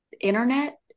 internet